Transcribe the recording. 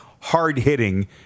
hard-hitting